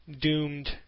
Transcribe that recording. doomed